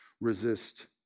resist